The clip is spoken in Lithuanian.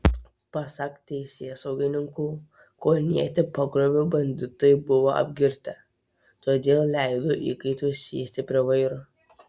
pasak teisėsaugininkų kaunietį pagrobę banditai buvo apgirtę todėl leido įkaitui sėsti prie vairo